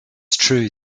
true